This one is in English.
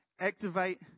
Activate